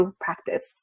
practice